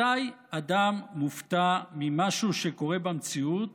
מתי אדם מופתע ממשהו שקורה במציאות